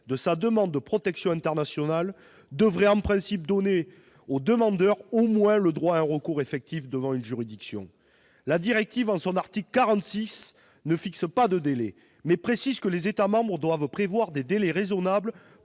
de sa demande de protection internationale devrait, en principe, donner au demandeur au moins le droit à un recours effectif devant une juridiction ». L'article 46 de cette directive ne fixe pas de délai, mais précise que « les États membres doivent prévoir des délais raisonnables